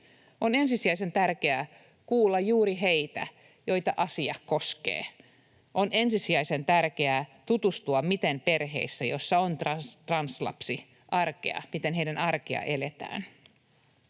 On ensisijaisen tärkeää kuulla juuri heitä, joita asia koskee. On ensisijaisen tärkeää tutustua, miten perheissä, joissa on translapsi, heidän arkeansa eletään.